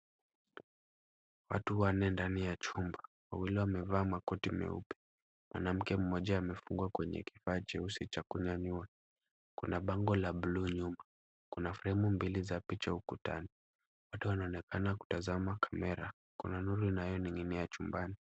Watu wanne ndani ya chumba. Wawili wamevaa makoti meupe. Mwanamke mmoja amefungwa kwenye kifaa cheusi cha kunyanyua . Kuna bango la bluu nyuma. Kuna fremu mbili za picha ukutani. Watu wanaonekana kutazama kamera. Kuna nuru inayoning'inia chumbani.